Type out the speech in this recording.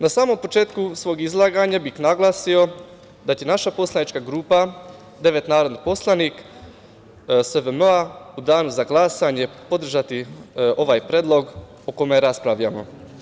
Na samom početku svog izlaganja bih naglasio da će naša poslanička grupa, devet narodnih poslanika SVM-a, u Danu za glasanje podržati ovaj predlog o kome raspravljamo.